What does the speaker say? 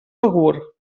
begur